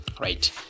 right